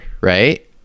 right